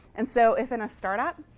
and so if in a startup